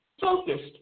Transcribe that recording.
focused